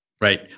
right